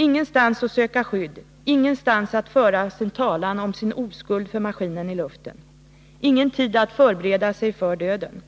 Ingenstans att söka skydd, ingenstans-att föra sin talan om sin oskuld för maskinen i luften, ingen tid att förbereda sig för döden.